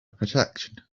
protection